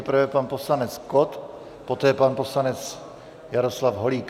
Nejprve pan poslanec Kott, poté pan poslanec Jaroslav Holík.